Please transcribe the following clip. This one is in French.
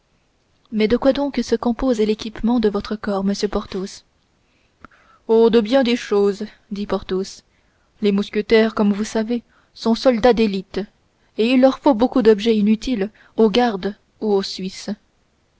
mais de quoi donc se compose l'équipement de votre corps monsieur porthos oh de bien des choses dit porthos les mousquetaires comme vous savez sont soldats d'élite et il leur faut beaucoup d'objets inutiles aux gardes ou aux suisses